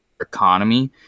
economy